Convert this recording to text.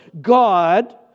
God